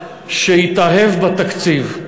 שהתאהב בתקציב.